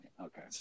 Okay